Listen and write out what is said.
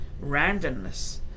randomness